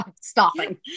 stopping